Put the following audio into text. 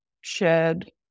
shared